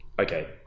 okay